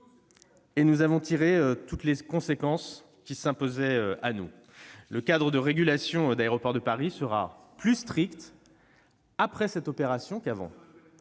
en avons tiré toutes les conséquences qui s'imposaient à nous. Le cadre de régulation d'Aéroports de Paris sera plus strict après cette opération qu'avant.